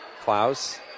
Klaus